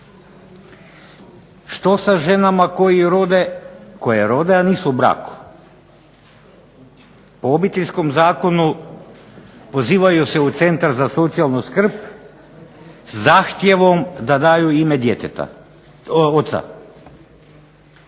Što sa ženama koje rode a nisu u braku? Po Obiteljskom zakonu pozivaju se u Centar za socijalnu skrb zahtjevom da daju ime oca.